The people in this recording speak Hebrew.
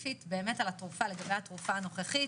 לגבי התרופה הנוכחית